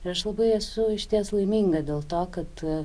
ir aš labai esu išties laiminga dėl to kad